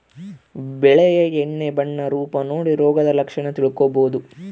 ಬೆಳೆಯ ಎಲೆ ಬಣ್ಣ ರೂಪ ನೋಡಿ ರೋಗದ ಲಕ್ಷಣ ತಿಳ್ಕೋಬೋದು